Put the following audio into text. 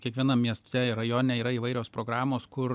kiekvienam mieste ir rajone yra įvairios programos kur